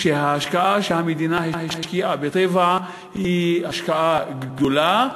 שההשקעה שהמדינה השקיעה ב"טבע" היא השקעה גדולה,